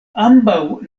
ambaŭ